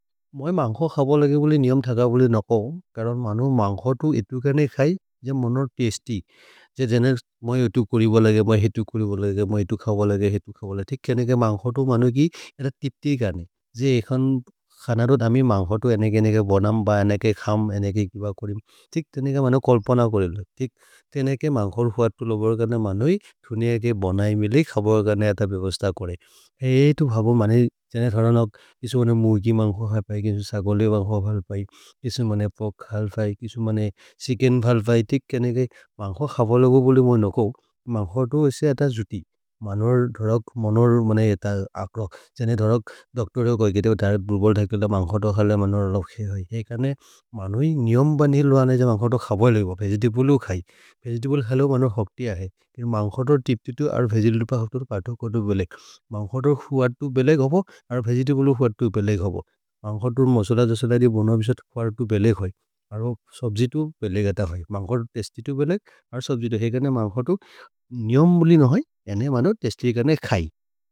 मोइ मन्घो खब लग बोले नियम् थग बोले नको, करो मनु मन्घो तु इतु कने खै ज मोनोद् पेस्ति। ज जेने मोइ इतु कोरि बलगे, मोइ हितु कोरि बलगे, मोइ इतु खब लग, हितु खब लग। तिक् केनेके मन्घो तु मनु कि एत तितिर् कने। जे एखन् खनरो धमि मन्घो तु एनेके एनेके बनम् ब, एनेके खम्, एनेके किव करि। तिक् तेनेके मनु कोल्पन कोरेल। तिक् तेनेके मन्घो तु हत्तु लोबर् कने मनु हि, थुनेके बनै मिले, खबर् कने अत बेवस्त कोरे। एतु भबो, जने धरनक्, किसो मनु मुगि मन्घो खै भै, किसो सगोले मन्घो भल् भै। किसो मनु पोक् खल् भै, किसो मनु छिच्केन् भल् भै। तिक् तेनेके मन्घो खब लग बोले मोइ नको। मन्घो तु इस्से अत जुति। मनुअर् धरक्, मनुअर् मन एत अक्रक्। जने धरक्, दोक्तोर् जो गोइ गेतेबो, धरक् बुल्बोल् धर्कोद, मन्घो तु खल, मनुअर् लब्खे होइ। एकने, मनु हि नियम् बन्हि लोअन ज मन्घो तु खब लग। वेगेतब्ले हो खै। वेगेतब्ले खल हो मनु हक्ति अहे। मन्घो तु तिप् तुतु अरो वेगेतब्ले तु पतु पतु बेलेग्। मन्घो तु खुअ तुतु बेलेग् होबो, अरो वेगेतब्ले तु खुअ तुतु बेलेग् होबो। मन्घो तु मसोल जस दैदे, बोनो अबिसत् खुअ तुतु बेलेग् होइ। अरो सब्जितु बेलेग् अत होइ। मन्घो तु तेस्ति तुतु बेलेग्। अरो सब्जितु एकने मन्घो तु नियम् मुलि नहि। एने मनु तेस्ति एकने खै।